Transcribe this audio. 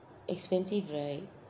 expensive right